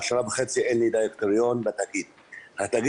מה זאת